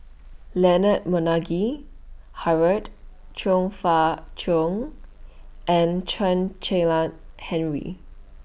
Leonard Montague Harrod Chong Fah Cheong and Chen Henri